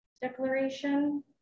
declaration